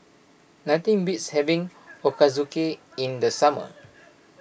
nothing beats having Ochazuke in the summer